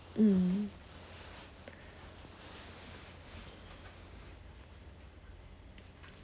mm